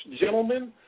gentlemen